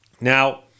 Now